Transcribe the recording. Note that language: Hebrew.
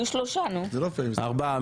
ארבעה.